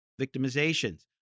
victimizations